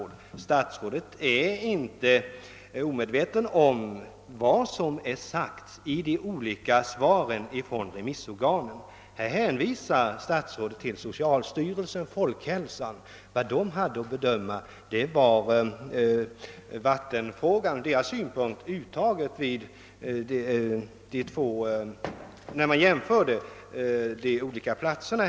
Men statsrådet kan inte vara omedveten om vad som sagts i de olika remissvaren. Statsrådet hänvisar till vad socialstyrelsen och statens institut för folkhälsan sagt. Men dessa institutioners bedömanden gällde uttaget av vatten vid jämförelser mellan de två aktuella platserna.